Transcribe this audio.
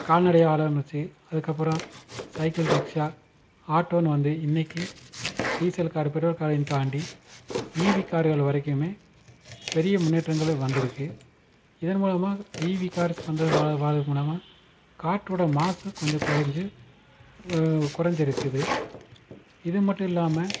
கால்நடையாக ஆரம்பித்து அதுக்கப்புறம் cycle rickshaw ஆட்டோன்னு வந்து இன்னைக்கு டீசல் கார் பெட்ரோல் காரையும் தாண்டி ஈபி கார்கள் வரைக்குமே பெரிய முன்னேற்றங்களும் வந்திருக்கு இதன் மூலயமா ஈபி கார்ஸ் வந்து மூலமாக காற்றோடய மாசு கொஞ்சம் குறைஞ்சி குறைஞ்சிருக்குது இது மட்டும் இல்லாமல்